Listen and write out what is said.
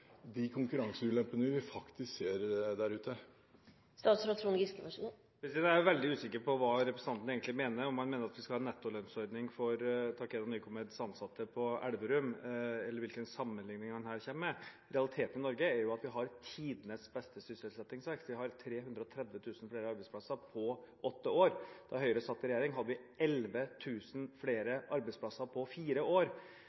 de konkurranseulempene vi faktisk ser der ute? Jeg er veldig usikker på hva representanten egentlig mener, om han mener at vi skal ha en nettolønnsordning for Takeda Nycomeds ansatte på Elverum, eller hvilken sammenligning han her kommer med. Realiteten i Norge er at vi har tidenes beste sysselsettingsvekst, vi har 330 000 flere arbeidsplasser på åtte år. Da Høyre satt i regjering, hadde vi 11 000 flere arbeidsplasser på fire år.